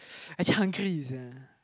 I actually hungry with them